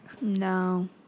No